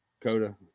Coda